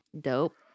Dope